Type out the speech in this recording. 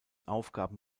aufgaben